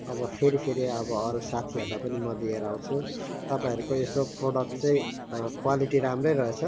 अब फेरि फेरि अब अरू साथीहरूलाई पनि म लिएर आउँछु तपाईँहरूको यसो प्रोडक्ट चाहिँ क्वालिटी राम्रै रहेछ